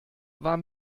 war